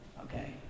okay